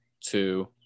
two